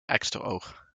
eksteroog